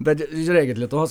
bet žiūrėkit lietuvos